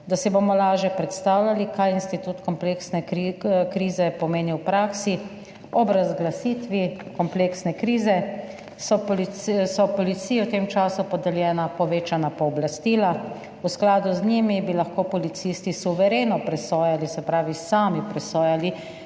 Da si bomo lažje predstavljali, kaj institut kompleksne krize pomeni v praksi, ob razglasitvi kompleksne krize so policiji v tem času podeljena povečana pooblastila. V skladu z njimi bi lahko policisti suvereno presojali, se pravi, sami presojali,